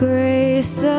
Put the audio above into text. grace